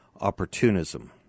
opportunism